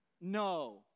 No